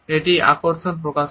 এটি আকর্ষণ প্রকাশ করে